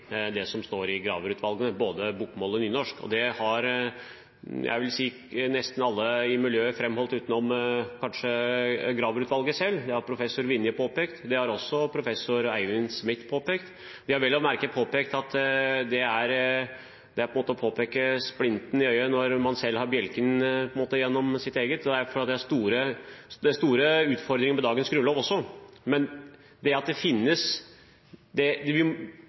det som står hos Graver-utvalget både på bokmål og nynorsk. Det har – jeg vil si – nesten alle i miljøet framholdt, utenom kanskje Graver-utvalget selv. Det har professor Vinje påpekt, og det har også professor Eivind Smith påpekt. De har vel å merke påpekt at det på en måte er å peke på splinten i øyet når man selv har bjelken gjennom sitt eget. Det er store utfordringer med dagens grunnlov også. Jeg tror ikke at representanten Lundteigen skal underslå at det faktisk rent språklig ikke stemmer, det